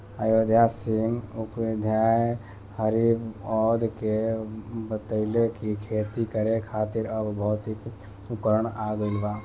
अयोध्या सिंह उपाध्याय हरिऔध के बतइले कि खेती करे खातिर अब भौतिक उपकरण आ गइल बा